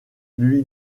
lui